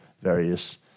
various